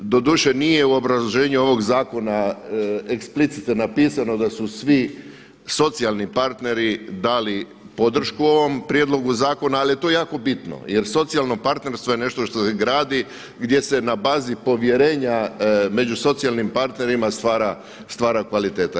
Doduše nije u obrazloženju ovog zakona eksplicite napisano da su svi socijalni partneri dali podršku ovom prijedlogu zakona ali je to jako bitno jer socijalno partnerstvo je nešto što se gradi, gdje se na bazi povjerenja među socijalnim partnerima stvara kvaliteta.